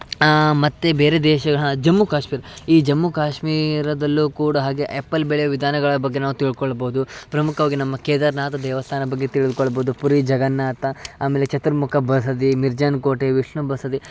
ಮತ್ತು ಬೇರೆ ದೇಶ ಹಾಂ ಜಮ್ಮು ಕಾಶ್ಮೀರ್ ಈ ಜಮ್ಮು ಕಾಶ್ಮೀರದಲ್ಲೂ ಕೂಡ ಹಾಗೆ ಆ್ಯಪಲ್ ಬೆಳೆಯುವ ವಿಧಾನಗಳ ಬಗ್ಗೆ ನಾವು ತಿಳ್ಕೊಳ್ಬೌದು ಪ್ರಮುಖವಾಗಿ ನಮ್ಮ ಕೇದಾರನಾಥ್ ದೇವಸ್ಥಾನ ಬಗ್ಗೆ ತಿಳಿದುಕೊಳ್ಬೌದು ಪುರಿ ಜಗನ್ನಾಥ ಆಮೇಲೆ ಚತುರ್ಮುಖ ಬಸದಿ ಮಿರ್ಜಾನ್ ಕೋಟೆ ವಿಷ್ಣು ಬಸದಿ